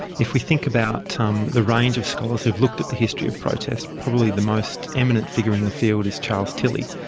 if we think about um the range of scholars who have looked at the history of protest, probably the most eminent figure in the field is charles tilly,